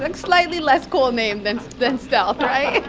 like slightly less cool name than than stealth, right?